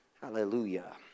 Hallelujah